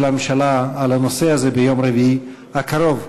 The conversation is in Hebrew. הממשלה על הנושא הזה ביום רביעי הקרוב.